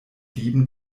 dieben